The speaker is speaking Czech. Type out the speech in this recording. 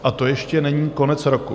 A to ještě není konec roku.